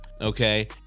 Okay